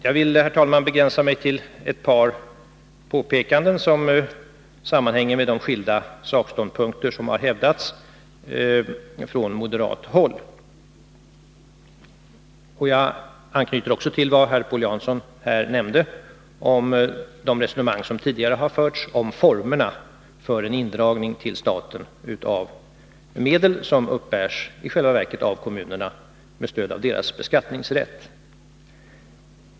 Jag vill, herr talman, begränsa mig till ett par påpekanden som sammanhänger med de skilda sakståndpunkter som har hävdats från moderat håll. Jag anknyter också till vad herr Paul Jansson här nämde om de resonemang som tidigare förts om formerna för en indragning till staten av medel som i själva verket uppbärs av kommunerna, med stöd av kommunernas beskattningsrätt.